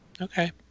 Okay